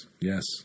yes